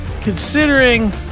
considering